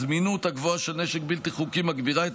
הזמינות הגבוהה של נשק בלתי חוקי גם מגבירה את